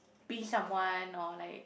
be someone or like